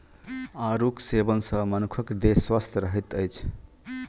आड़ूक सेवन सॅ मनुखक देह स्वस्थ रहैत अछि